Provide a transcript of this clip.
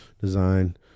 design